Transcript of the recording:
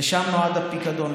לשם נועד הפיקדון,